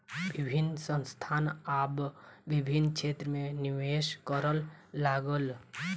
विभिन्न संस्थान आब विभिन्न क्षेत्र में निवेश करअ लागल